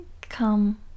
come